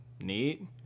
neat